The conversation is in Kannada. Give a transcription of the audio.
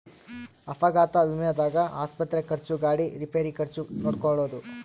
ಅಪಘಾತ ವಿಮೆದಾಗ ಆಸ್ಪತ್ರೆ ಖರ್ಚು ಗಾಡಿ ರಿಪೇರಿ ಖರ್ಚು ನೋಡ್ಕೊಳೊದು